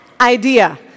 idea